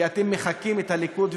כי אתם מחקים את הליכוד,